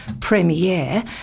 premiere